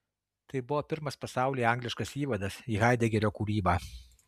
tai buvo pirmas pasaulyje angliškas įvadas į haidegerio kūrybą